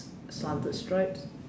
slanted stripes